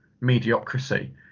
mediocrity